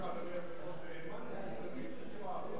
אדוני היושב-ראש,